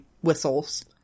whistles